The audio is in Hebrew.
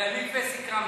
על המקווה סיכמנו.